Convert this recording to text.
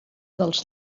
dels